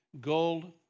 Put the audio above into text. gold